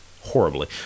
horribly